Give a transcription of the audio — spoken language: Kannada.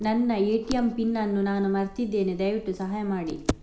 ನನ್ನ ಎ.ಟಿ.ಎಂ ಪಿನ್ ಅನ್ನು ನಾನು ಮರ್ತಿದ್ಧೇನೆ, ದಯವಿಟ್ಟು ಸಹಾಯ ಮಾಡಿ